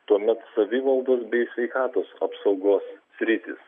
tuomet savivaldos bei sveikatos apsaugos sritys